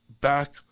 back